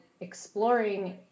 exploring